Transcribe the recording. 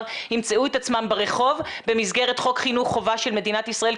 ימצאו את עצמם ברחוב במסגרת חוק חינוך חובה של מדינת ישראל.